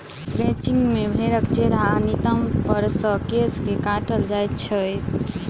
crutching मे भेंड़क चेहरा आ नितंब पर सॅ केश के काटल जाइत छैक